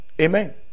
Amen